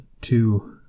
two